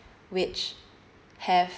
which have